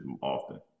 often